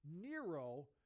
Nero